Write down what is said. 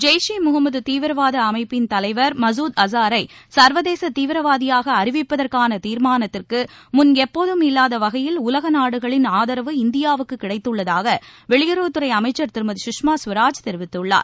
ஜெய்ஷ் இ முகம்மது தீவிரவாத அமைப்பின் தலைவர் மசூத் அசாரை சர்வதேச தீவிரவாதியாக அறிவிப்பதற்கான தீர்மானத்திற்கு முன் எப்போதும் இல்வாத வகையில் உலக நாடுகளின் ஆதரவு இந்தியாவுக்கு கிடைத்துள்ளதாக வெளியுறவுத்துறை அமைச்சர் திருமதி சுஷ்மா ஸ்வராஜ் தெரிவித்துள்ளார்